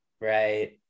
Right